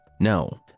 No